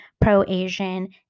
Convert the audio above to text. pro-Asian